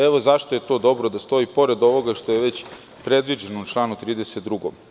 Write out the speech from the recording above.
Evo zašto je to dobro da stoji pored ovoga što je već predviđeno u članu 32.